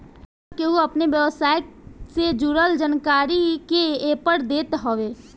सब केहू अपनी व्यवसाय से जुड़ल जानकारी के एपर देत हवे